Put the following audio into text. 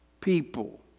people